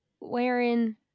wearing